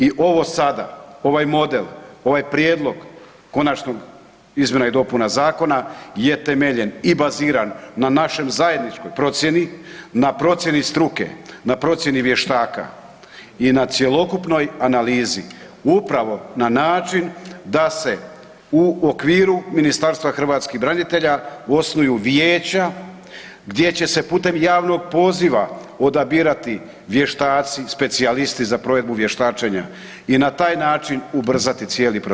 I ovo sada, ovaj model, ovaj prijedlog konačnih izmjena i dopuna zakona je temeljen i baziran na našoj zajedničkoj procjeni, na procjeni struke, na procjeni vještaka i na cjelokupnoj analizi upravo na način da se u okviru Ministarstva hrvatskih branitelja osnuju vijeća gdje će se putem javnog poziva odabirati vještaci, specijalisti za provedbu vještačenja i na taj način ubrzati cijeli proces.